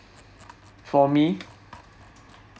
for me